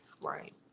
Right